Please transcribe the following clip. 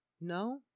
No